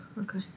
okay